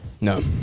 No